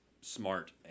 smart